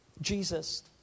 Jesus